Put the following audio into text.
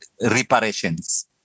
reparations